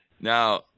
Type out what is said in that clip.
Now